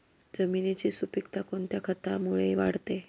जमिनीची सुपिकता कोणत्या खतामुळे वाढते?